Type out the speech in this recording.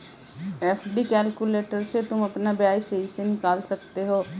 FD calculator से तुम अपना ब्याज सही से निकाल सकते हो